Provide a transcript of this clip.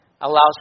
allows